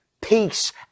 peace